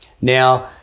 Now